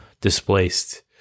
displaced